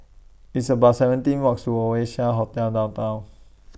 It's about seventeen Walks to Oasia Hotel Downtown